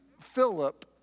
Philip